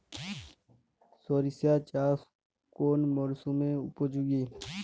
সরিষা চাষ কোন মরশুমে উপযোগী?